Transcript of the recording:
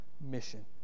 mission